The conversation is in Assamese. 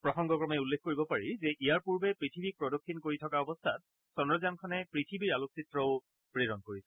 প্ৰসংগ ক্ৰমে উল্লেখ কৰিব পাৰি যে ইয়াৰ পূৰ্বে পৃথিবীক প্ৰদক্ষিণ কৰি থকা অৱস্থাত চন্দ্ৰযানখনে পৃথিৱীৰ আলোকচিত্ৰও প্ৰেৰণ কৰিছিল